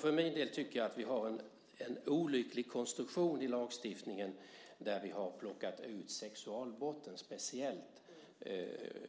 För min del tycker jag att vi har en olycklig konstruktion i lagstiftningen då vi har plockat ut sexualbrotten speciellt